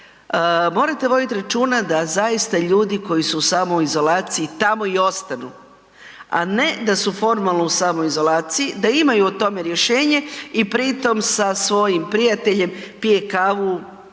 Morate vodit računa da zaista ljudi koji su u samoizolaciji tamo i ostanu, a ne da su formalno u samoizolaciji, da imaju o tome rješenje i pri tom sa svojim prijateljem pije kavu,